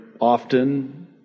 often